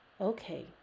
Okay